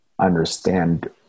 understand